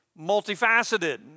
multifaceted